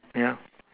ya